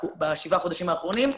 בשבעה החודשים האחרונים,